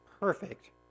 perfect